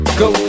go